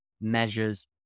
measures